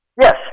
Yes